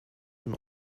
dem